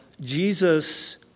Jesus